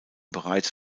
bereits